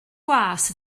gwas